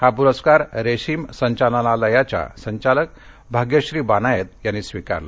हा पुरस्कार रेशीम संचालनालयाच्या संचालक भाग्यश्री बानायत यांनी स्वीकारला